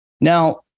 Now